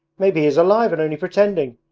maybe he is alive and only pretending!